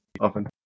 often